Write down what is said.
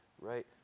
right